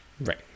right